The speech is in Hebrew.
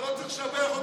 אתה לא צריך לשבח אותו,